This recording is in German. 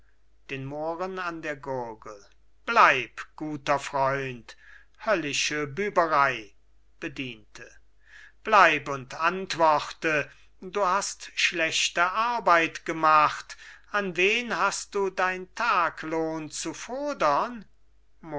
den mohren an der gurgel bleib guter freund höllische büberei bediente bleib und antworte du hast schlechte arbeit gemacht an wen hast du dein taglohn zu fodern